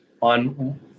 on